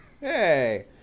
Hey